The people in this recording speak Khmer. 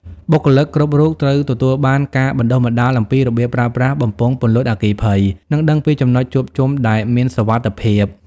បុគ្គលិកគ្រប់រូបត្រូវទទួលបានការបណ្ដុះបណ្ដាលអំពី របៀបប្រើប្រាស់បំពង់ពន្លត់អគ្គិភ័យ និងដឹងពីចំណុចជួបជុំដែលមានសុវត្ថិភាព។